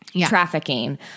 Trafficking